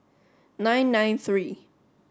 nine nine three